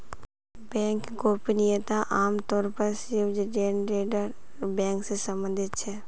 bank गोपनीयता आम तौर पर स्विटज़रलैंडेर बैंक से सम्बंधित छे